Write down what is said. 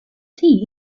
tea